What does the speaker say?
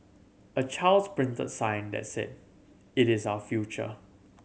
a child's printed sign that said It is our future